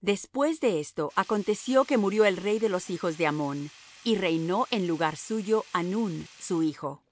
después de esto aconteció que murió el rey de los hijos de ammón y reinó en lugar suyo hanún su hijo